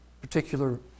particular